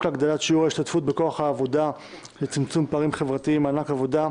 להגדלת שיעור ההשתתפות בכוח העבודה ולצמצום פערים חברתיים (מענק עבודה)